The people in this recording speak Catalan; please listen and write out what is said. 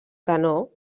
canó